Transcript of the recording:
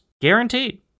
Guaranteed